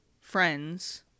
friends